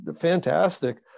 fantastic